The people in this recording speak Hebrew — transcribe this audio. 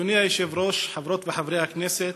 אדוני היושב-ראש, חברות וחברי הכנסת,